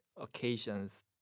occasions